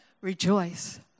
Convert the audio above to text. rejoice